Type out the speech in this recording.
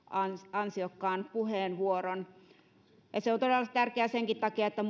ansiokkaan puheenvuoron se on todella tärkeää senkin takia että